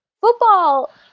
football